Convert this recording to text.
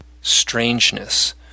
strangeness